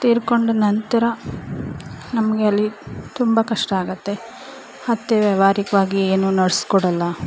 ತೀರ್ಕೊಂಡ ನಂತರ ನಮಗೆ ಅಲ್ಲಿ ತುಂಬ ಕಷ್ಟ ಆಗುತ್ತೆ ಅತ್ತೆ ವ್ಯವ್ಹಾರಿಕವಾಗಿ ಏನು ನಡೆಸ್ಕೊಡಲ್ಲ